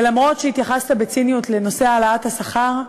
ואף שהתייחסת בציניות לנושא העלאת השכר,